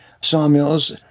sawmills